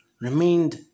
remained